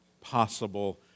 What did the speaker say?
possible